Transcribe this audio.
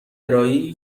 ارائهای